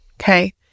okay